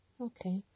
Okay